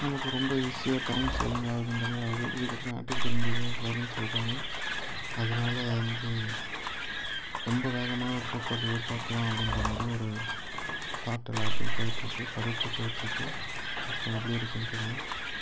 நமக்கு ரொம்ப ஈஸியாக டைம் சேவிங் ஆகுதுன்ற மாதிரி ஆகுது இதுக்கப்புறம் ஆர்டிபிஷியல் இன்டெலிஜென்ட்ஸ்ன்றது வரும்னு சொல்கிறாங்க அதனால வந்து ரொம்ப வேகமான ஒரு போக்குவரத்து எதிர்ப்பார்க்கலாம் அப்படின்ற மாதிரி ஒரு தாட்டு எல்லார்ட்டேயும் போய்ட்ருக்கு கருத்து போய்ட்டுருக்கு பார்ப்போம் எப்படி இருக்குதுன்னு தெரியல